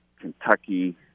Kentucky